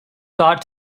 thought